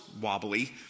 wobbly